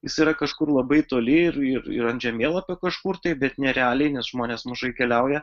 jis yra kažkur labai toli ir ir ir ant žemėlapio kažkur tai bet nerealiai nes žmonės mažai keliauja